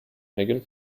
megan